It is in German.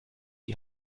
die